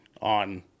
on